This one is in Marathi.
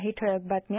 काही ठळक बातम्या